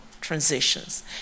transitions